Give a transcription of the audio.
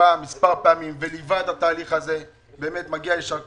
שבא מספר פעמים וליווה את התהליך הזה באמת מגיע יישר כוח,